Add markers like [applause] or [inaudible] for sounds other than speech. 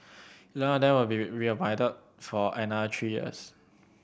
eleven of them will be [unintelligible] reappointed for another three years